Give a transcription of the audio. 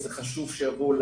זה חשוב שיבואו.